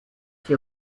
que